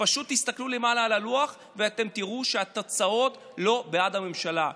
פשוט תסתכלו למעלה על הלוח ואתם תראו שהתוצאות לא בעד הממשלה.